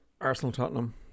Arsenal-Tottenham